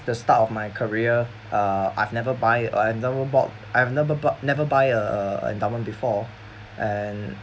the start of my career uh I've never buy uh I've never bought I've never bought never buy a a endowment before and